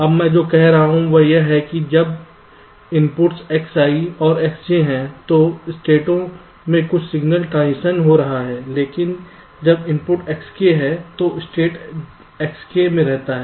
अब मैं जो कह रहा हूं वह यह है कि जब इनपुट्स Xi और Xj हैं तो स्टेटों में कुछ सिग्नल ट्रांजिशन हो रहा है लेकिन जब इनपुट Xk है तो स्टेट Xk में रहता है